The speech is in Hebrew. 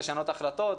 לשנות החלטות,